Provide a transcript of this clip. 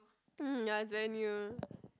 um ya it's very near